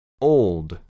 Old